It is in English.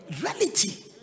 Reality